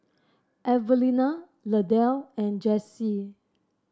Evelina Lydell and Jace